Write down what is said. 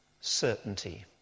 certainty